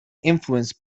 influenced